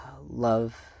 love